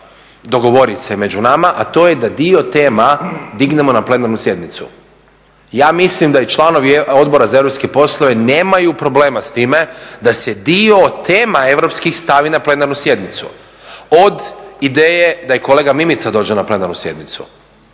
dogovorit se među nama, a to je da dio tema dignemo na plenarnu sjednicu. Ja mislim da i članovi Odbora za europske poslove nemaju problema s time da se dio tema europskih stavi na plenarnu sjednicu od ideje da i kolega Mimica dođe na plenarnu sjednicu,